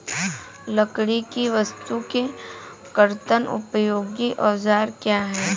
लकड़ी की वस्तु के कर्तन में उपयोगी औजार क्या हैं?